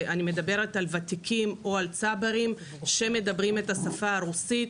ואני מדברת על ותיקים או צברים שמדברים את השפה הרוסית.